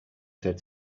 said